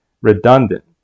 redundant